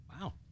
Wow